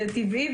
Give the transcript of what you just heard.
זה טבעי,